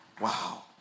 Wow